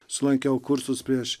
aš lankiau kursus prieš